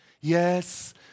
Yes